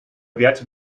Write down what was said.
wärter